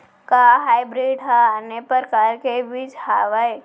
का हाइब्रिड हा आने परकार के बीज आवय?